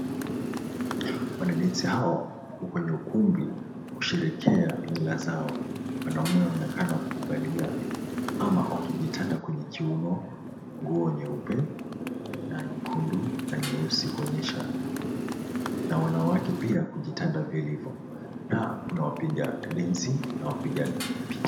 Wanadansi hawa wako kwenye ukumbi kusherehekea mila zao. Wanaume wanaonekana wakivalia ama wakijitanda kwenye kiuno nguo nyeupe na nyekundu na nyeusi kuonyesha... na wanawake pia kujitanda vilivo, na kuna wapiga dansi na wapiga picha.